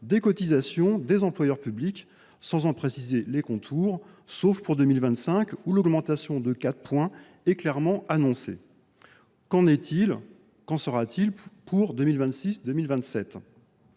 des cotisations des employeurs publics sans en préciser les contours, sauf pour 2025 où l’augmentation de 4 points est clairement annoncée. Qu’en sera t il pour 2026 et 2027 ?